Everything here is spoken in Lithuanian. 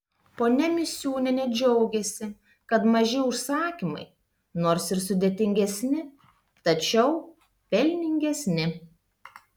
ponia misiūnienė džiaugiasi kad maži užsakymai nors ir sudėtingesni tačiau pelningesni